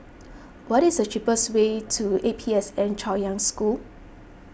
what is the cheapest way to A P S N Chaoyang School